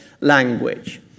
language